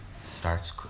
starts